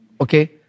okay